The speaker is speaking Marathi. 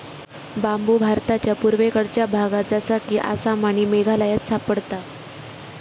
बांबु भारताच्या पुर्वेकडच्या भागात जसा कि आसाम आणि मेघालयात सापडता